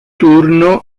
turno